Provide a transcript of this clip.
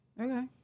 Okay